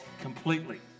completely